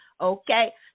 okay